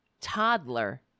toddler